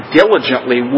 diligently